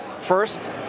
First